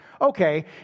okay